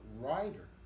writer